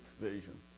vision